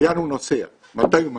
לאן הוא נוסע, מתי הוא מגיע.